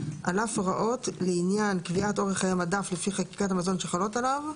על אף הוראות לעניין קביעת אורך חיי מדף לפי חקיקת המזון שחלות עליו,